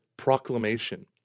proclamation